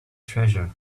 treasure